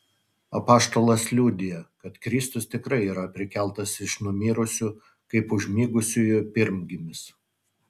apaštalas liudija kad kristus tikrai yra prikeltas iš numirusių kaip užmigusiųjų pirmgimis